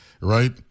right